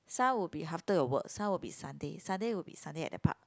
some would be after a work some would be Sunday Sunday would be Sunday at the park